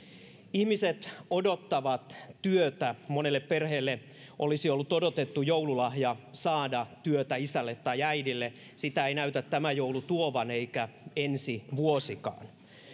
ihmiset odottavat työtä monelle perheelle olisi ollut odotettu joululahja saada työtä isälle tai äidille sitä ei näytä tämä joulu tuovan eikä ensi vuosikaan